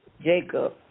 Jacob